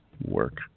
work